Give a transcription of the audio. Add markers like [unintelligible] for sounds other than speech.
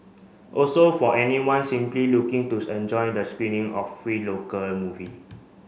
also for anyone simply looking to [unintelligible] enjoy the screening of free local movie